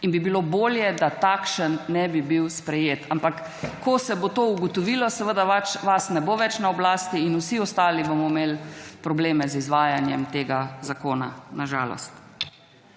in bi bilo bolje, da takšen ne bi bil sprejet, ampak, ko se bo to ugotovilo, seveda vas ne bo več na oblasti in vsi ostali bomo imeli probleme z izvajanjem tega zakona, na žalost.